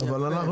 בהצלחה.